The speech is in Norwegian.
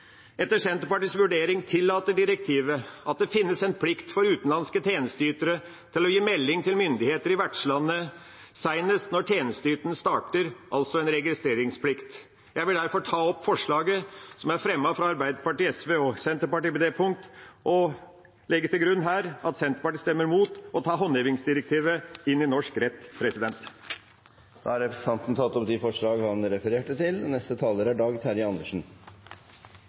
Etter Senterpartiets vurdering tillater direktivet at det finnes en plikt for utenlandske tjenesteytere til å gi melding til myndigheter i vertslandet senest når tjenesteytingen starter, altså en registreringsplikt. Jeg vil derfor ta opp forslaget fra Arbeiderpartiet, Senterpartiet og Sosialistisk Venstreparti på det punkt – og legge til grunn at Senterpartiet stemmer mot å ta håndhevingsdirektivet inn i norsk rett. Representanten Per Olaf Lundteigen har tatt opp det forslaget han refererte til.